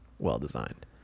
well-designed